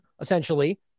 essentially